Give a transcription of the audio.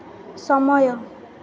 ସମୟ